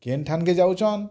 କେନ୍ ଠାନ୍କେ ଯାଉଛନ୍